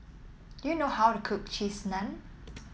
do you know how to cook Cheese Naan